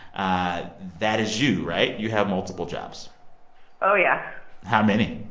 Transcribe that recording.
ah that is you, right? you have multiple jobs oh, yeah how many?